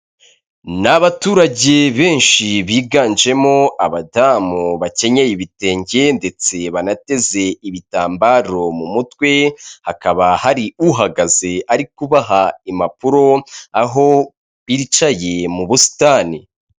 Ni abaturage benshi biganjemo abadamu bakenyeye ibitenge ndetse banateze ibitambaro mu mutwe, hakaba hari uhagaze ari kubaha impapuro aho bicaye mu busitani.